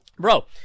Bro